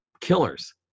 Killers